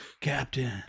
Captain